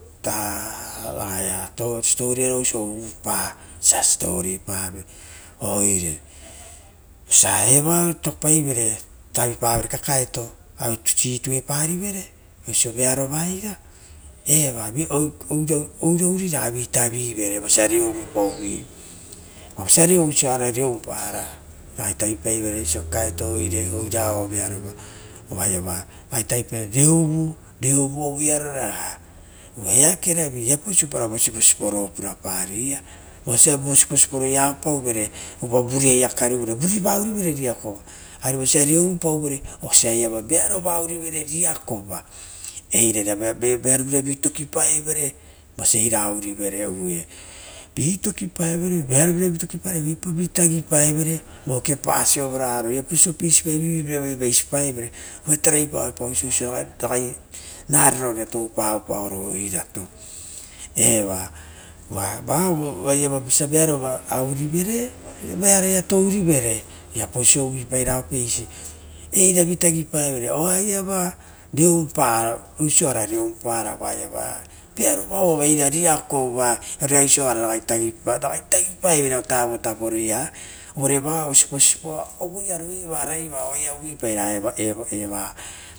siposipoana osia uvupa osia siposipo paive. Oire vosa evoa toupaivere ra oisio purave kakaeto aue situe pparivere oisi vearova eira eva. Oira ouri ravi tavivere vosia reo uvupauvi vosia reosia orareupara ragai tavipaivere oisio kukaeto ioire oira oia vearova oarava ragai tavitavi paivere oisio reouvu uvuiaro ora eakere vi osia vosiposipo roia avapauvere oo vuruva ourivere nakova, eira iria vearopievira vitoki pavere vosi a eina ourivere ra vearopievira vi tokipaeve vi tavi peisivi vaivaisipaevere, ari tarai paeopao oisisia ra ro rovina toupare vo era oirato eva oia vosiavearova ourivere ra oira vavaeovoia tourivere viapana peisi, eira vitaripaevere oaiava reouvuia oisioa, veavo va ouavo riokova oia ratavi pavera vovutaia ora vaoia siposipoa ovoiaro evavaiva oaia uvui para eva.